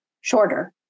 shorter